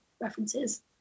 references